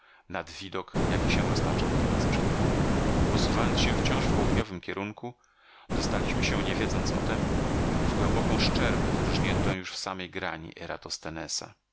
nad widok jaki się roztaczał teraz przed nami posuwając się wciąż w południowym kierunku dostaliśmy się nie wiedząc o tem w głęboką szczerbę wyrżniętą już w samej grani